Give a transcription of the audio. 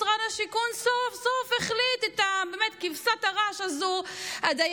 משרד השיכון סוף-סוף החליט את כבשת הרש הזאת לסבסד,